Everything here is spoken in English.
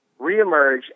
reemerge